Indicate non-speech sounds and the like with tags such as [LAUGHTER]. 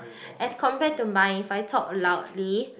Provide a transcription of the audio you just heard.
[BREATH] as compared to mine if I talk loudly